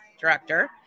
director